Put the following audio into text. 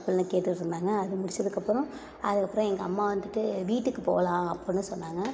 அப்புடில்லாம் கேட்டுகிட்ருந்தாங்க அது முடிச்சதுக்கப்புறம் அதுக்கப்புறம் எங்கள் அம்மா வந்துட்டு வீட்டுக்கு போகலாம் அப்புடின்னு சொன்னாங்க